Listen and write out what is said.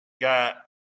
got